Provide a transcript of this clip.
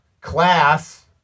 class